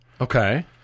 Okay